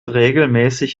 regelmäßig